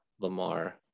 Lamar